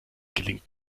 gelingt